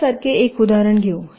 आपण यासारखे एक उदाहरण घेऊ